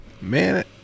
man